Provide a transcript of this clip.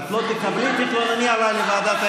אני לא ארד עד